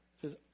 says